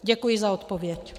Děkuji za odpověď.